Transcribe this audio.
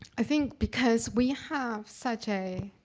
i think because we have such a